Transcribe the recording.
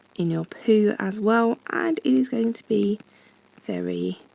in your poo as well and it is going to be very,